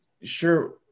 sure